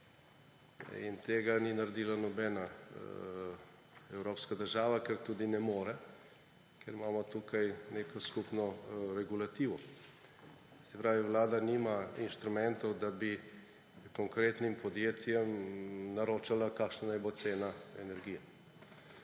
Tega ni naredila nobena evropska država, ker tudi ne more, ker imamo tukaj neko skupno regulativo. Se pravi, Vlada nima inštrumentov, da bi konkretnim podjetjem naročala, kakšna naj bo cena energije.